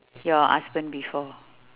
your husband before